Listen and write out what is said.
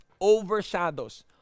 overshadows